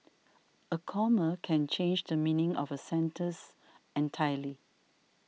a comma can change the meaning of a sentence entirely